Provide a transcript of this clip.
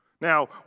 Now